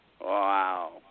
Wow